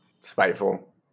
Spiteful